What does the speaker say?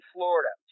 Florida